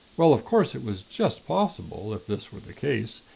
well, of course, it was just possible, if this were the case,